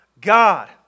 God